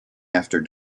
after